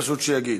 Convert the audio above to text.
פשוט שיגיד.